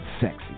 sexy